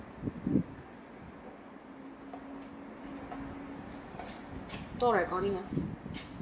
recording ah